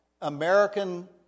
American